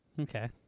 Okay